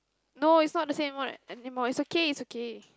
no it's not the same one anymore it's okay it's okay